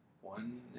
One